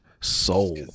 soul